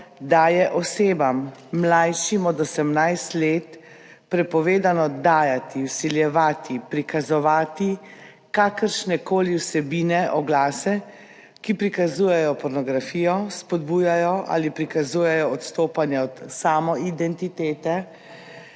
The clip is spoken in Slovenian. da je osebam, mlajšim od 18 let, prepovedano dajati, vsiljevati, prikazovati kakršnekoli vsebine, oglase, ki prikazujejo pornografijo, spodbujajo ali prikazujejo odstopanja od samoidentitete,